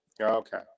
Okay